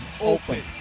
Open